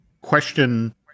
question